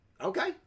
okay